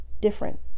different